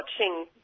watching